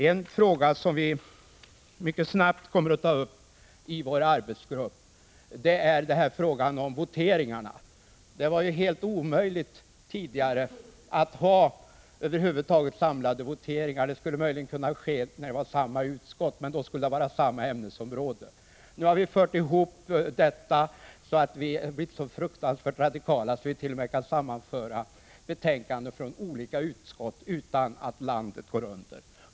En fråga som vi mycket snart kommer att ta upp i vår arbetsgrupp är voteringarna. Tidigare var det helt omöjligt att över huvud taget ha samlade voteringar. Det skulle möjligen kunna ske om betänkandena kom från samma utskott, men i så fall skulle de behandla samma ämnesområde. Nu har vi blivit så fruktansvärt radikala att vit.o.m. kan sammanföra betänkanden från olika utskott — utan att landet går under.